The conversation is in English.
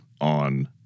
on